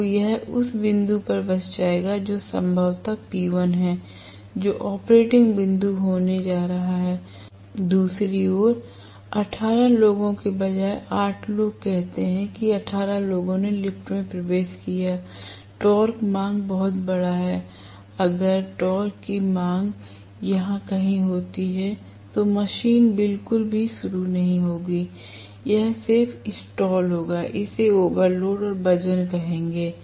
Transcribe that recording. तो यह इस बिंदु पर बस जाएगा जो संभवतः P1 है जो ऑपरेटिंग बिंदु होने जा रहा है दूसरी ओर 18 लोगों के बजाय 8 लोग कहते हैं कि 18 लोगों ने लिफ्ट में प्रवेश किया है टॉर्क मांग बहुत बड़ा है अगर टॉर्क की मांग यहां कहीं होती है तो मशीन बिल्कुल भी शुरू नहीं होगी यह सिर्फ स्टाल होगा इसे ओवरलोड और वजन कहेंगे